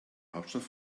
hauptstadt